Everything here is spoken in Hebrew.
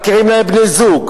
מכירים להם בני-זוג,